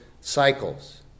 cycles